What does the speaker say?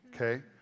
okay